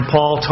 Paul